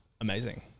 amazing